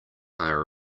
are